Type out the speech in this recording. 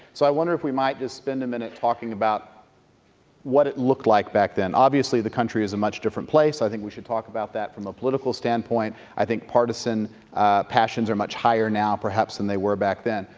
so i wonder if we might just spend a minute talking about what it looked like back then. obviously the country is a much different place. i think we should talk about that from a political standpoint. i think partisan passions are much higher now, perhaps perhaps, than they were back then.